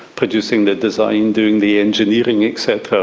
producing the design, doing the engineering et cetera.